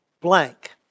blank